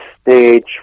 stage